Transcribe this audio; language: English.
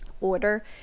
order